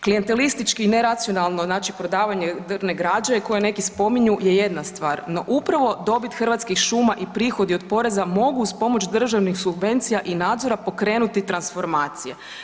Klijentelistički i neracionalno znači prodavanje drvne građe koje neki spominju je jedna stvar no upravo dobit Hrvatskih šuma i prihodi od poreza mogu uz pomoć državnih subvencija i nadzora pokrenuti transformacije.